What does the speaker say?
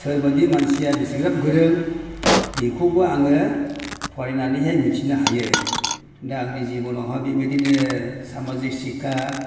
सोर बायदि मानसिया बेसेग्राब गोरों बेखौबो आङो फरायनानैहाय मिथिनो हायो दा आंनि जिबनावहाय बेबायदिनो सामाजिक शिक्षा